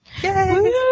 Yay